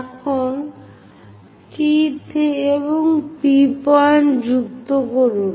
এখন T এবং P point যুক্ত করুন